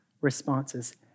responses